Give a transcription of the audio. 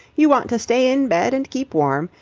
you want to stay in bed and keep warm,